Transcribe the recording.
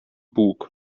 bug